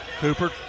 Cooper